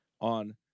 on